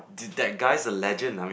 did that guy the legend I mean